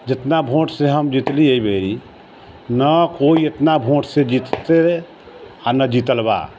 जितना वोटसँ हम जीतली अइ बेरी ने कोई इतना वोटसँ जीतलै आओर नहि जीतल बा